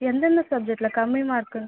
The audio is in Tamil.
எந்தெந்த சப்ஜெக்ட்டில் கம்மி மார்க்கு